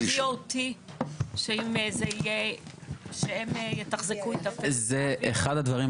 שאם זה יהיה, שהם יתחזקו את זה ויעבירו?